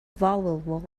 valuable